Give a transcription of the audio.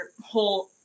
whole